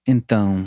Então